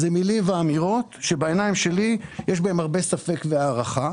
אלה מילים ואמירות שבעיניים שלי יש בהן הרבה ספק והערכה.